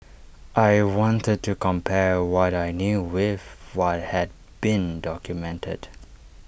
I wanted to compare what I knew with what had been documented